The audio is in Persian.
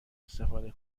استفاده